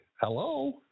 hello